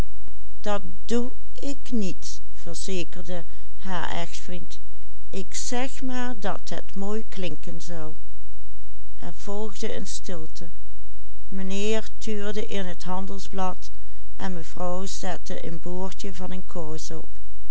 er volgde een stilte mijnheer tuurde in t handelsblad en mevrouw zette een boordje van een kous op